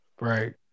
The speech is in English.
Right